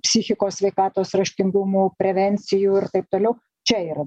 psichikos sveikatos raštingumų prevencijų ir taip toliau čia yra